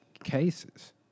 cases